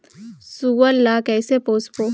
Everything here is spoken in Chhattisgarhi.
सुअर ला कइसे पोसबो?